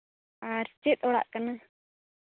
ᱟᱨ ᱪᱮᱫ ᱚᱲᱟᱜ ᱠᱟᱱᱟ